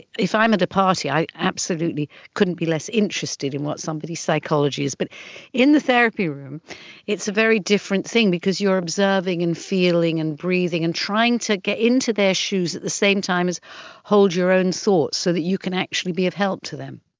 if i'm at a party i absolutely couldn't be less interested in what somebody's psychology is, but in the therapy room it's a very different thing because you are observing and feeling and breathing and trying to get into their shoes at the same time as hold your own thoughts so that you can actually be of help to them.